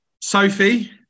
Sophie